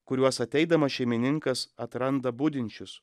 kuriuos ateidamas šeimininkas atranda budinčius